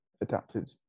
adapted